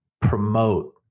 promote